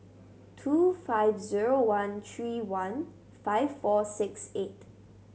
two five zero one three one five four six eight